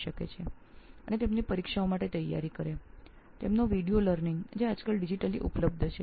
ત્યાર બાદ તેમની વિડિઓ ની શિક્ષણ સામગ્રી જે આજકાલ ડિજિટલ રીતે ઉપલબ્ધ છે